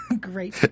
Great